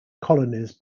colonies